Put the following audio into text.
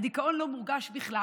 והדיכאון לא מורגש בכלל.